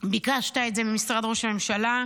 ביקשת את זה ממשרד ראש הממשלה,